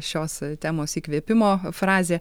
šios temos įkvėpimo frazė